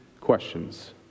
questions